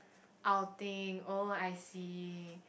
outing oh I see